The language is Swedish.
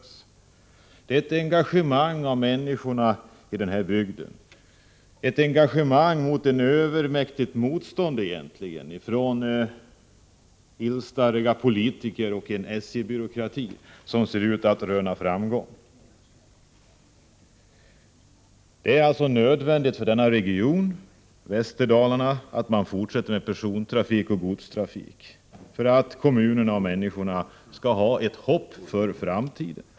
Det är ett engagemang hos människorna i den här bygden, ett engagemang mot ett övermäktigt motstånd från halsstarriga politiker och en SJ-byråkrati, ett engagemang som ser ut att röna framgång. Det är nödvändigt för denna region — Västerdalarna — att man fortsätter med persontrafik och godstrafik för att kommunerna och människorna skall ha ett hopp för framtiden.